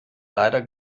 leider